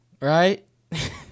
Right